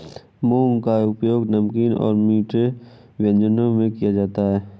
मूंग का उपयोग नमकीन और मीठे व्यंजनों में किया जाता है